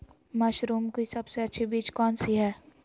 Mushroom की सबसे अच्छी बीज कौन सी है?